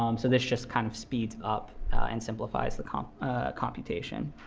um so this just kind of speeds up and simplifies the um ah computation.